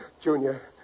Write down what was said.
Junior